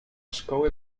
szkoły